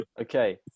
Okay